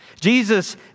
Jesus